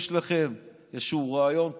יש לכם איזשהו רעיון טוב,